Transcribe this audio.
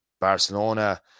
barcelona